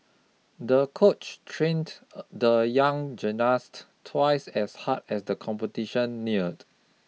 the coach trained the young gymnast twice as hard as the competition neared